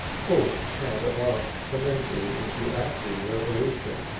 thought had at last fermented into active resolution,